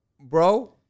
Bro